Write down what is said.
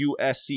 USC